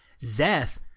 Zeth